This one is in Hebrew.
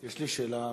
יש לי שאלה נוספת: